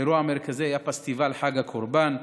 האירוע המרכזי היה פסטיבל חג הקורבן,